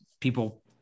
people